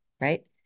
right